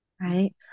right